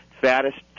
fattest